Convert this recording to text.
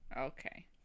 Okay